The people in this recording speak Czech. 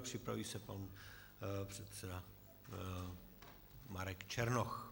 Připraví se pan předseda Marek Černoch.